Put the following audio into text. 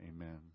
Amen